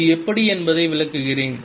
அது எப்படி என்பதை விளக்குகிறேன்